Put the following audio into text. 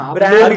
Brand